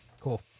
Cool